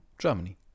Germany